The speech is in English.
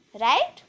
Right